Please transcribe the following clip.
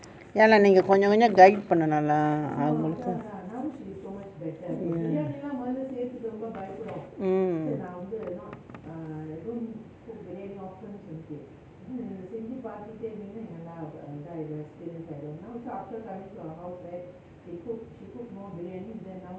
ya lah நீங்க கொஞ்சம் கொஞ்சம்:neenga konjam konjam guide பண்ணனும்:pannanum ya mm